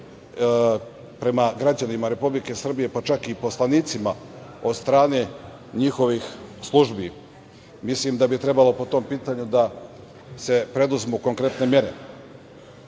prema građanima Republike Srbije, pa čak i poslanicima od strane njihovih službi. Mislim da bi trebalo po tom pitanju da se preduzmu konkretne